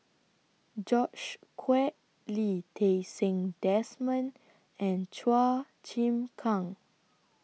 George Quek Lee Ti Seng Desmond and Chua Chim Kang